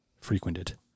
frequented